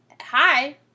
hi